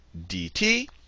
dt